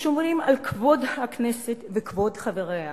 ושומרים על כבוד הכנסת וכבוד חבריה.